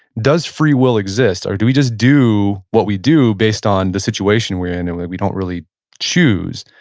does free will exist, or do we just do what we do based on the situation we're in and we don't really choose?